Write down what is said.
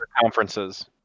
conferences